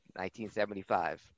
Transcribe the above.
1975